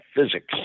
physics